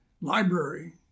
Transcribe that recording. library